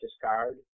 discard